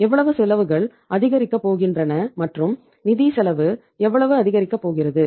எவ்வளவு செலவுகள் அதிகரிக்கப் போகின்றன மற்றும் நிதிச் செலவு எவ்வளவு அதிகரிக்கப் போகிறது